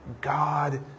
God